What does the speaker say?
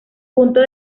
punto